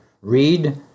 Read